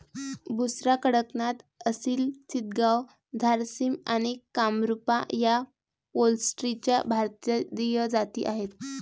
बुसरा, कडकनाथ, असिल चितगाव, झारसिम आणि कामरूपा या पोल्ट्रीच्या भारतीय जाती आहेत